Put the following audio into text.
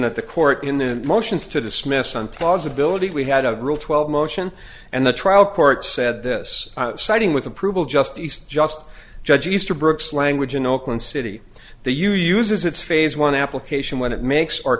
that the court in the motions to dismiss one possibility we had a rule twelve motion and the trial court said this citing with approval just east just judge eastern brooks language in oakland city the u uses its phase one application when it makes o